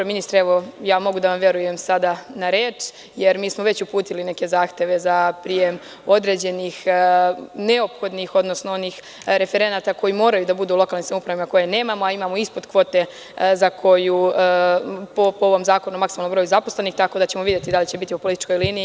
Ministre, ja mogu sada da vam verujem na reč, jer mi smo već uputili neke zahteve za prijem određenih neophodnih odnosno onih referenata koji moraju da budu u lokalnim samoupravama a kojih nemamo, a imamo ispod kvote po ovom zakonu o maksimalnom broju zaposlenih, tako da ćemo videti da li će biti po političkoj liniji.